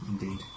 indeed